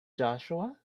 joshua